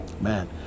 man